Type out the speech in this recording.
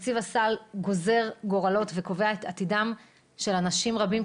תקציב הסל גוזר גורלות וקובע את עתידם של אנשים רבים,